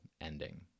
ending